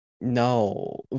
No